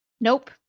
Nope